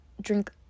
drink